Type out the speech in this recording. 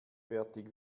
fertig